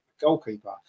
goalkeeper